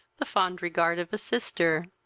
the fond regard of a sister.